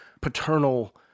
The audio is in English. paternal